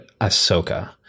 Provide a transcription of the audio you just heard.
Ahsoka